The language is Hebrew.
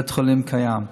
בית החולים קיים,